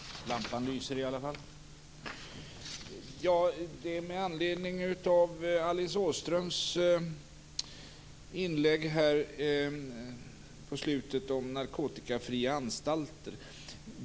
Herr talman! Jag begärde replik med anledning av det Alice Åström sade på slutet i sitt inlägg om narkotikafria anstalter.